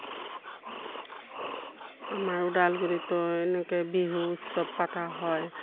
আমাৰ ওদালগুড়িত এনেকে বিহু উৎসৱ পাতা হয়